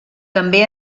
també